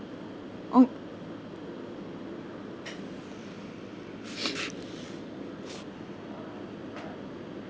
oh